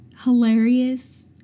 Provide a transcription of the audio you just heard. hilarious